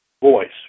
voice